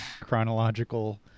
chronological